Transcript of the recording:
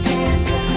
Santa